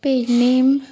Pernem